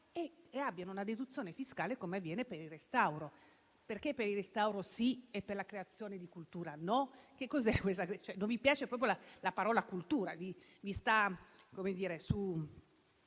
e abbiano una deduzione fiscale come avviene per il restauro: perché per il restauro sì e per la creazione di cultura no? Cos'è, non vi piace proprio la parola "cultura", vi sta sul